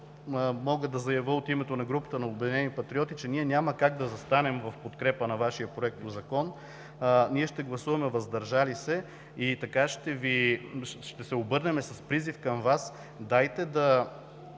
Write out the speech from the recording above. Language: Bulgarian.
мога да заявя от името на групата „Обединени патриоти“, че ние няма как да застанем в подкрепа на Вашия Законопроект. Ще гласуваме „въздържали се“ и така ще се обърнем с призив към Вас: дайте да